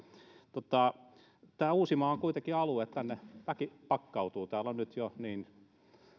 uusimaa on kuitenkin alue jonne väki pakkautuu täällä on nyt jo